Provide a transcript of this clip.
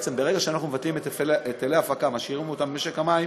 ברגע שאנחנו מבטלים את היטלי ההפקה ומשאירים אותם במשק המים,